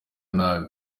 nabi